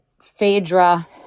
Phaedra